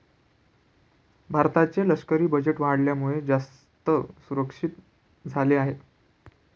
भारताचे लष्करी बजेट वाढल्यामुळे, जास्त सुरक्षित झाले आहे